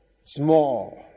small